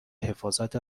حفاظت